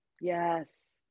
yes